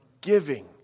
giving